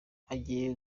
agiye